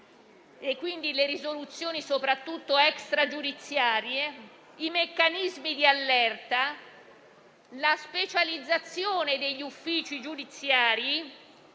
le risoluzioni extragiudiziarie), i meccanismi di allerta, la specializzazione degli uffici giudiziari